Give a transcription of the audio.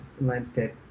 landscape